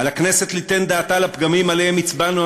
"על הכנסת ליתן דעתה לפגמים עליהם הצבענו,